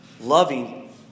loving